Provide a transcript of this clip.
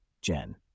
Jen